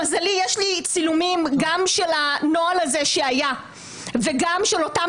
למזלי יש לי צילומים גם של הנוהל הזה שהיה וגם של אותם